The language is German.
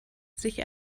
sich